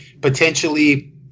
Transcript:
potentially